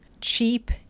Cheap